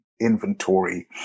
inventory